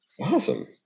Awesome